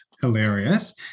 hilarious